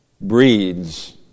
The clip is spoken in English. Breeds